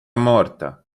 morta